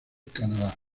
canadá